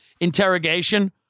interrogation